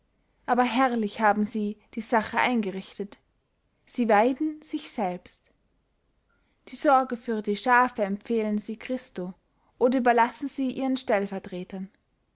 aber herrlich haben sie die sache eingerichtet sie weiden sich selbst die sorge für die schafe empfehlen sie christo oder überlassen sie ihren stellvertretern